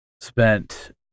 spent